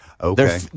Okay